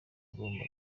agomba